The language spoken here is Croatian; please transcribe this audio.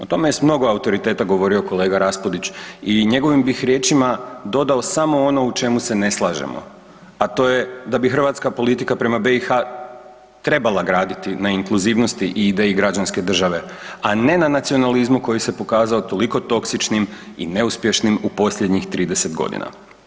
O tome je s mnogo autoriteta govorio kolega Raspudić i njegovim bih riječima dodao samo ono u čemu ne slažemo a to je da bi hrvatska politika prema BiH-u trebala graditi na inkluzivnosti i ideji građanske države a ne na nacionalizmu koji se pokazao toliko toksičnim i neuspješnim u posljednjih 30 godina.